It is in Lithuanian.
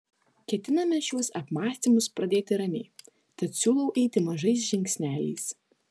ketiname šiuos apmąstymus pradėti ramiai tad siūlau eiti mažais žingsneliais